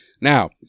Now